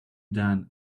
done